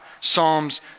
Psalms